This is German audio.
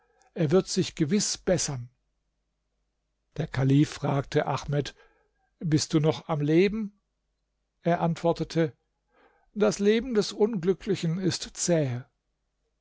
er wird sich gewiß bessern der kalif fragte ahmed bist du noch am leben er antwortete das leben des unglücklichen ist zähe